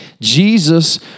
Jesus